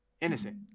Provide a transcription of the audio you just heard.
innocent